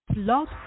Love